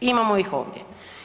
Imamo ih ovdje.